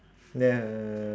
no